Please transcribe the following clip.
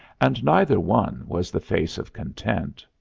and neither one was the face of content.